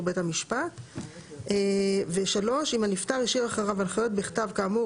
בית המשפט; (3) אם הנפטר השאיר אחריו הנחיות בכתב כאמור